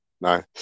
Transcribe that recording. no